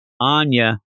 Anya